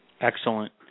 Excellent